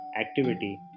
activity